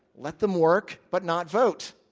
let them work but not vote.